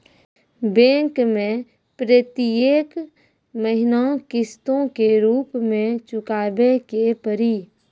Bank मैं प्रेतियेक महीना किस्तो के रूप मे चुकाबै के पड़ी?